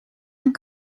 een